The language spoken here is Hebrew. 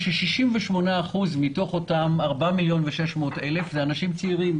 68% מתוך אותם 4.6 מיליון מבוטחים זה אנשים צעירים,